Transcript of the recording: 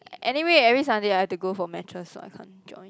anyway every Sunday I have to go for matches so I can't join